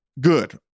good